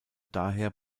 daher